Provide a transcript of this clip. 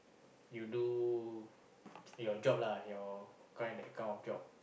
you do your job lah your cry that kind of job